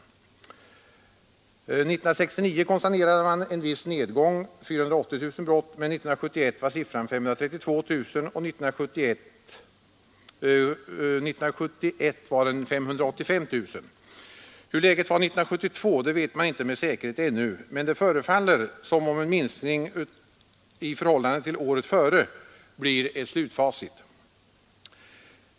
År 1969 konstaterade man en viss nedgång — 480 000 brott — men år 1970 var siffran 532 000 och år 1971 var den 585 000. Hur läget var 1972 vet vi inte med säkerhet ännu, men det förefaller som om en minskning i förhållande till året före blir slutfacit.